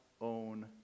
own